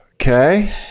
Okay